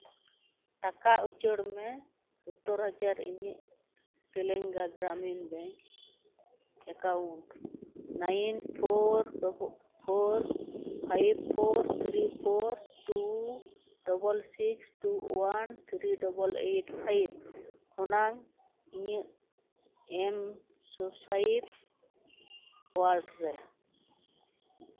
ᱴᱟᱠᱟ ᱩᱪᱟᱹᱲ ᱢᱮ ᱥᱳᱛᱛᱚᱨ ᱦᱟᱡᱟᱨ ᱤᱧᱟᱹᱜ Telangana Gramin bank account nine four double four five four three four two double six two one three double eight five ᱠᱷᱚᱱᱟᱝ ᱤᱧᱟᱹᱝ ᱮᱢᱥᱳᱥᱟᱭᱤᱯ ᱳᱣᱟᱞᱮᱴ ᱨᱮ